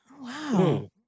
Wow